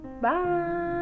Bye